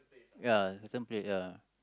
ya some place ya